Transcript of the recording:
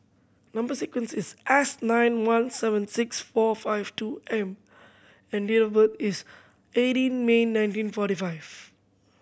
number sequence is S nine one seven six four five two M and date of birth is eighteen May nineteen forty five